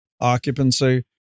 occupancy